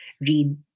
read